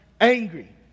angry